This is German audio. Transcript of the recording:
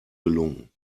gelungen